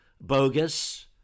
bogus